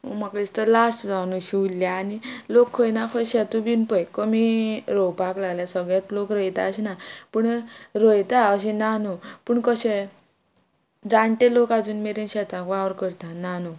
म्हाका दिसता लास्ट जावन अशी उरल्या आनी लोक खंय ना खंय शेतूय बीन पय कमी रोवपाक लागल्या सगळ्यांत लोक रोयता अशें ना पूण रोयता अशें ना न्हू पूण कशें जाणटे लोक आजून मेरेन शेतांक वावर करता ना न्हू